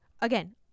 again